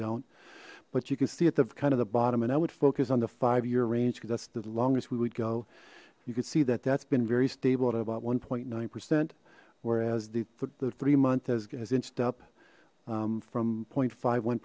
don't but you can see it the kind of the bottom and i would focus on the five year range because that's the longest we would go you could see that that's been very stable at about one point nine percent whereas the three month has inched up from zero point five one